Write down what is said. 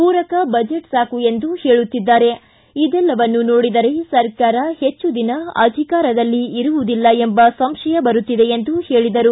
ಪೂರಕ ಬಜೆಟ್ ಸಾಕು ಎಂದು ಹೇಳುತ್ತಿದ್ದಾರೆ ಇದೆಲ್ಲವನ್ನೂ ನೋಡಿದರೆ ಸರ್ಕಾರ ಹೆಚ್ಚು ದಿನ ಅಧಿಕಾರದಲ್ಲಿ ಇರುವುದಿಲ್ಲ ಎಂಬ ಸಂಶಯ ಬರುತ್ತಿದೆ ಎಂದು ಹೇಳಿದರು